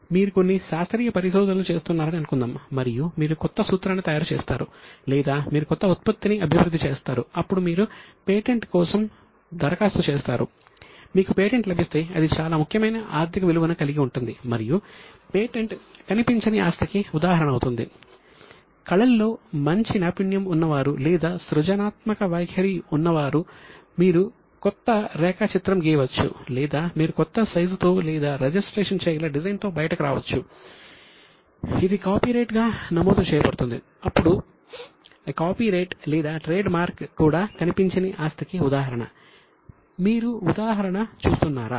మీరు కొన్ని శాస్త్రీయ పరిశోధనలు చేస్తున్నారని అనుకుందాం మరియు మీరు క్రొత్త సూత్రాన్ని తయారు చేస్తారు లేదా మీరు క్రొత్త ఉత్పత్తిని అభివృద్ధి చేస్తారు అప్పుడు మీరు పేటెంట్ కూడా కనిపించని ఆస్తికి ఉదాహరణ మీరు ఉదాహరణ చూస్తున్నారా